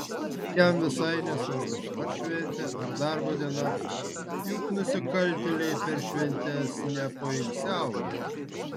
jam visai nesvarbu ar šventė ar darbo diena juk nusikaltėliai per šventes nepoilsiauja